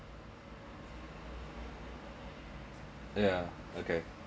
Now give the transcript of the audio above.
yeah okay